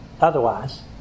otherwise